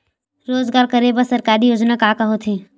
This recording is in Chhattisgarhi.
रोजगार करे बर सरकारी योजना का का होथे?